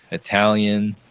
italian,